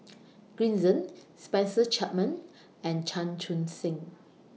Green Zeng Spencer Chapman and Chan Chun Sing